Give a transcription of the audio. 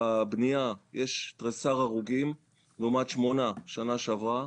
בבנייה יש תריסר הרוגים לעומת שמונה בשנה שעברה,